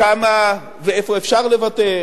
וכמה ואיפה אפשר לוותר,